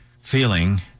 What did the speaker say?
feeling